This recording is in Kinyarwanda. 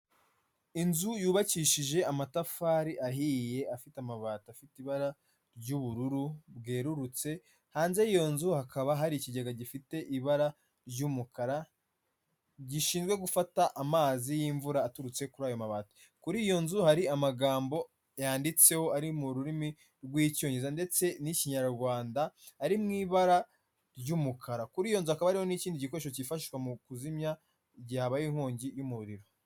Inzu yubakishije amatafari ahiye afite amabati afite ibara ry'ubururu bwerurutse, hanze y'iyo nzu hakaba hari ikigega gifite ibara ry'umukara gishinzwe gufata amazi y'imvura aturutse kuri ayo mabati, kuri iyo nzu hari amagambo yanditseho ari mu rurimi rw'icyongereza ndetse n'ikinyarwanda ari mu ibara ry'umukara, kuri iyo nzu hakaba hariho n'ikindi gikoresho cyifashishwa mu kuzimya igihe habaye inkongi y'umuriro.